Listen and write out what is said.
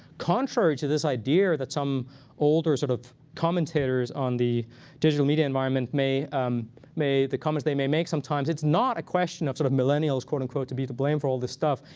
contrary to this idea that some older sort of commentators on the digital media environment may um may the comments they may make sometimes, it's not a question of sort of millennials, quote unquote, to be the blame for all this stuff.